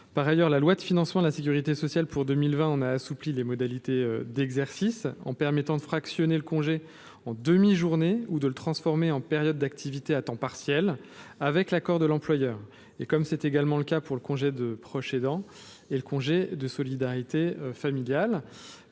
Par ailleurs, la loi de financement de la sécurité sociale pour 2020 en a assoupli les modalités d’exercice, en permettant de fractionner le congé en demi journées ou de le transformer en période d’activité à temps partiel, avec l’accord de l’employeur, comme c’est également le cas pour le congé de proche aidant et le congé de solidarité familiale.